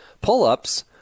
pull-ups